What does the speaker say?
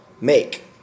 make